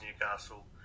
Newcastle